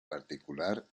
particular